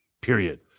period